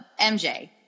MJ